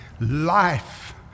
life